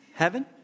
heaven